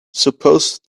suppose